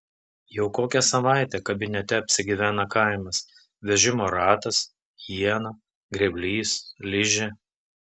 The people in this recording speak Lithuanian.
jau kokią savaitę kabinete apsigyvena kaimas vežimo ratas iena grėblys ližė